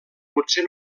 potser